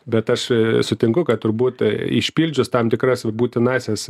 bet aš sutinku kad turbūt išpildžius tam tikras būtinąsias